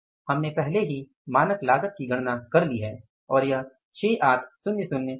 हमने पहले ही मानक लागत की गणना कर ली है और वह 6800 है